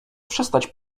przestać